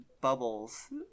bubbles